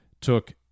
took